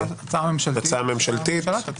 זו הצעה ממשלתית, הממשלה תציג.